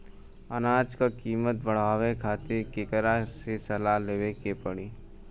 अनाज क कीमत बढ़ावे खातिर केकरा से सलाह लेवे के पड़ी?